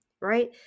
Right